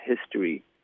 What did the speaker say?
history